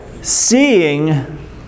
seeing